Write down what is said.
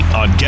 on